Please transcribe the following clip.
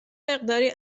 مقداری